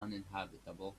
uninhabitable